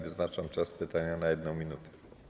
Wyznaczam czas pytania na 1 minutę.